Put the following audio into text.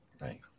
Right